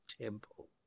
temple